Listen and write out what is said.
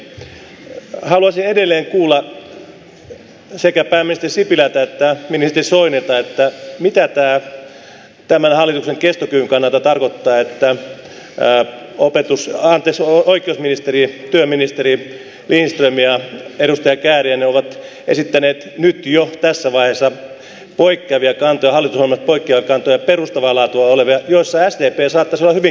haluaisin edelleen kuulla sekä pääministeri sipilältä että ministeri soinilta mitä tämän hallituksen kestokyvyn kannalta tarkoittaa että oikeusministeri työministeri lindström ja edustaja kääriäinen ovat esittäneet jo tässä vaiheessa hallitusohjelmasta poikkeavia kantoja perustavaa laatua olevia joissa sdp saattaisi olla hyvinkin mukana